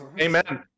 Amen